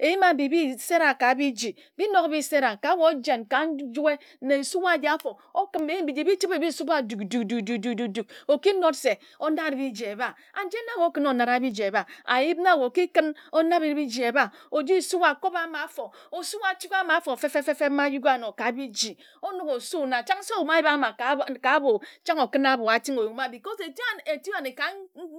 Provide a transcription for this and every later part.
Eyim abi mbi esera kabiji mbi nok mbi sera ka wae ojen ojen ka njue na esu aji afor ekime biji ebe echiba bi supa ju ju ju ju okinod se nnad niji eba and jen na wae okina onad biji eba ayip na wae okikun onade biji eba oji su akod ama afor osu atuk ama afor feb-feb ma ajuk anor kabiji onk osu ma chang se oyuma ayip ama ka-abor o chang akuna abor ating oyuma because etu a etu anne ka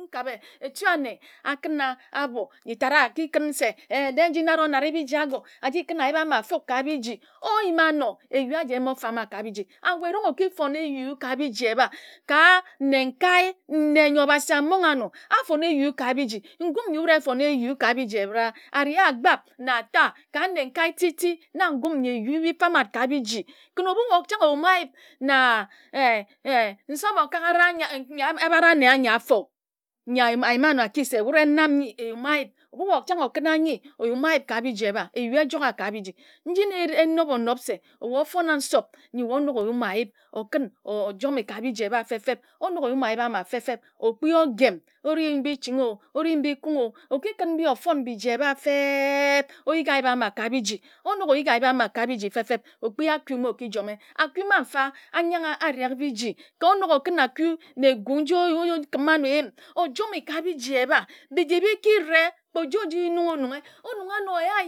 nkabe etu anne akina abor nyitad a akikun se m je njinad onare biji agor ajikun ayip ama afuk kabiji oyima anor eju aji emofama kabiji and wae erong okifon eju kabiji eba ka nnekae nne nyor obasi amenga anor afon eyui ka biji ngum nyi wud efon eyui kabiji ebira areh agbord ata ka nnekae titi na ngum nyi eyui eki famad kabiji kin ebu wae chang oyuma ayip na eh eh nsop okak-ara nyia nyi ebare anne anyi afor nyi ayima anor aki se wud enam nyine eyuma ayip ebu wae chang okuna nyi oyuma ayip kabiji eba eyui ejoka kabiji nji-ne enob enob se wae ofon non nsop nyi wae onok oyuma ayip okin ojome ka biji eba feb-feb onok oyumi ayip ama feb-feb okpia ojen oribichun o oribikung o okikun mbi ofon biji eba feb oyika ayip ama kabiji anok oyiki ayip ama kabiji feb-feb okpia aku ma oki jomo aku ma mfa anyanga arek biji onok okun aku ne agu nji okima anor yin ojom ka biji eba biji eba ekire kpe oji nonge ononge onong anor oyoi